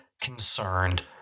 concerned